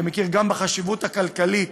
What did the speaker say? שמכיר גם בחשיבות הכלכלית,